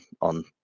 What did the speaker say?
on